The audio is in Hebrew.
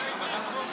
די כבר עברו,